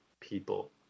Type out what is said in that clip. people